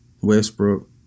Westbrook